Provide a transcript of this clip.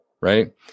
right